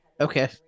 Okay